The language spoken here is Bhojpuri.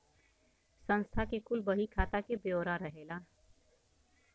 संस्था के कुल बही खाता के ब्योरा रहेला